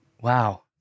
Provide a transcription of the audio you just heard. Wow